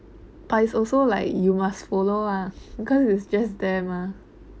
but it's also like you must follow ah because it's just there mah